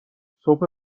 صبح